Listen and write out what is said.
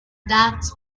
ducks